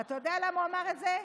אתה יודע למה הוא אמר את זה?